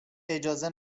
اجازه